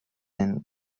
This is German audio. den